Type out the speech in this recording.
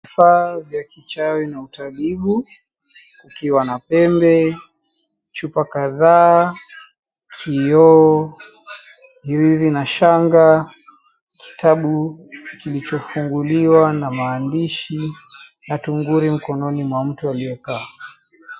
Vifaa vya kichawi na utabibu ukiwa na pembe, chupa kadhaa, kio, hirizi na shanga, kitabu kilichofunguliwa na maandishi na tunguri mkononi mwa mtu aliyekaa.